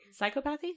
psychopathy